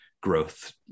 growth